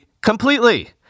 completely